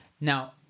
Now